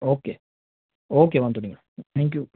okay okay વાંધો નહીં madam thank you